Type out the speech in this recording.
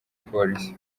polisi